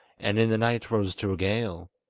and in the night rose to a gale.